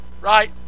right